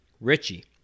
Richie